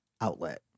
outlet